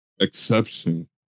exception